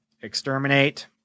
exterminate